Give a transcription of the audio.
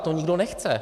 To nikdo nechce.